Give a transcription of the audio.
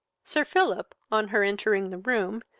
sir philip, on her entering the room,